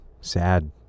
sad